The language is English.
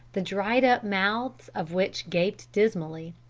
the dried-up mouths of which gaped dismally.